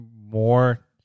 more